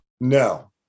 No